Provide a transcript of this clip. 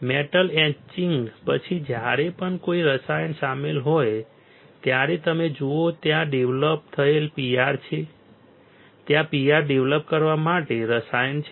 metal etching પછી જ્યારે પણ કોઈ રસાયણ સામેલ હોય ત્યારે તમે જુઓ ત્યાં ડેવલોપ થયેલ PR છે ત્યાં PR ડેવલોપ કરવા માટે રસાયણ છે